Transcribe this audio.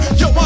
yo